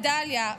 גדליה,